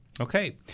Okay